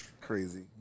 crazy